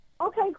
Okay